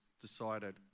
decided